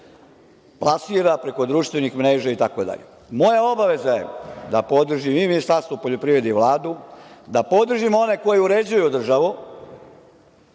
plasira preko društvenih mreža itd. Moja obaveza je da podržim i Ministarstvo poljoprivrede i Vladu, da podržim one koji uređuju državu,